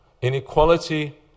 Inequality